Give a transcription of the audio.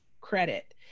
credit